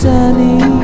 Sunny